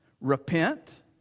Repent